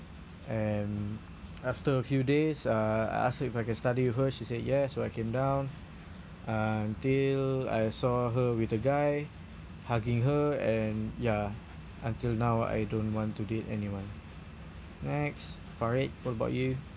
and after a few days uh I asked her if I can study with her she said yes so I came down until I saw her with a guy hugging her and ya until now I don't want to date anyone next farid what what about you